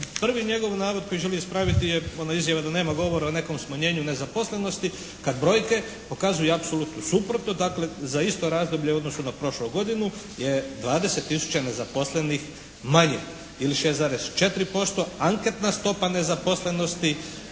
Prvi njegov navod koji želi ispraviti je ona izjava da nema govora o nekom smanjenju nezaposlenosti kad brojke pokazuju apsolutno suprotno. Dakle za isto razdoblje u odnosu na prošlu godinu je 20 tisuća nezaposlenih manje ili 6,4%. Anketna stopa nezaposlenosti